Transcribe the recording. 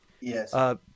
Yes